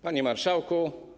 Panie Marszałku!